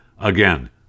again